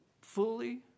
fully